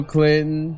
Clinton